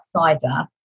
outsider